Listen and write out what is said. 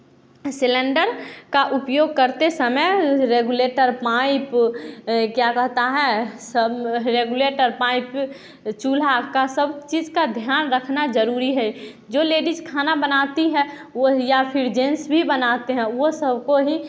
cylinder का उपयोग करते समय रेगुलेटर पाईंप क्या कहते हैं सम्म रेगुलेटर पाईंप चूल्हा का सब चीज़ का ध्यान रखना ज़रूरी है जो लेडीज खाना बनाती हैं वह या फिर जेन्स भी बनाते हैं वह सबको ही